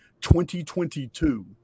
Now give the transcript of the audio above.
2022